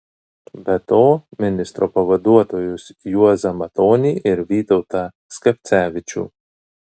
be to ministro pavaduotojus juozą matonį ir vytautą skapcevičių